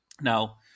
Now